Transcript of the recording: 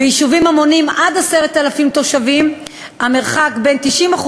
ביישובים המונים עד 10,000 תושבים המרחק בין 90%